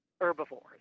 herbivores